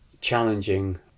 challenging